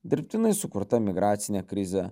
dirbtinai sukurta migracinė krizė